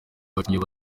abakinnyi